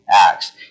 Acts